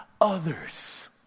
others